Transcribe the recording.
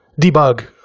debug